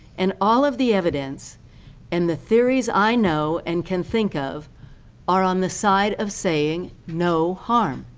and all of the evidence and the theories i know and can think of are on the side of saying no harm.